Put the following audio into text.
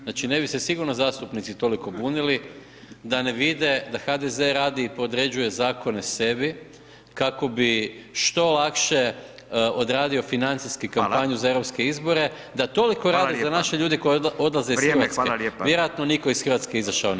Znači ne bi se sigurno zastupnici toliko bunili da ne vide da HDZ radi i podređuje zakone sebi kako bi što lakše odradio financijski kampanju za [[Upadica: Hvala.]] europske izbore [[Upadica: Hvala lijepo.]] da toliko rade za naše ljude koji izlaze iz Hrvatske [[Upadica: Hvala lijepa, vrijeme hvala lijepa.]] vjerojatno nitko iz Hrvatske izašao ne bi.